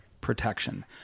protection